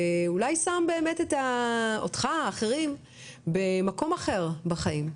אולי שם באמת אותך ואת האחרים במקום אחר בחיים?